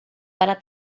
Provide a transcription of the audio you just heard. para